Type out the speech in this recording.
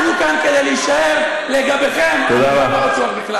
אנחנו כאן כדי להישאר, לגביכם, אני לא בטוח בכלל.